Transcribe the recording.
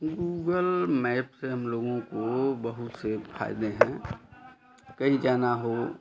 Google map से हम लोगों को बहुत से फ़ायदे हैं कही जाना हो